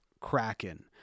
Kraken